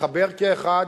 להתחבר כאחד,